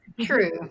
True